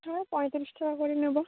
ঐ পঁয়তাল্লিশ টাকা করে নেবো